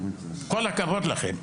כל הכבוד לכם,